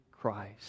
Christ